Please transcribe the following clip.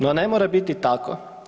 No ne mora biti tako.